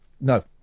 No